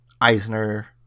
Eisner